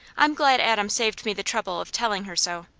i'm glad adam saved me the trouble of telling her so.